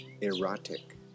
Erotic